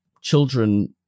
children